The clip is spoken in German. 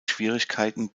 schwierigkeiten